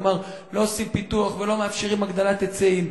כלומר לא עושים פיתוח ולא מאפשרים הגדלת היצעים,